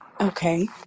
Okay